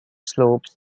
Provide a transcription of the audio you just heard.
slopes